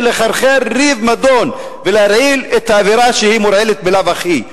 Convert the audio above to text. לחרחר ריב ומדון ולהרעיל את האווירה שמורעלת בלאו הכי.